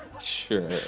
Sure